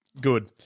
Good